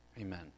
amen